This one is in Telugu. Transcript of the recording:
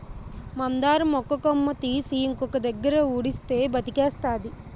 మందార మొక్క కొమ్మ తీసి ఇంకొక దగ్గర ఉడిస్తే బతికేస్తాది